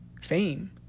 fame